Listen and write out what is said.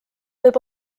võib